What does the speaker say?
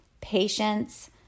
patience